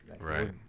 Right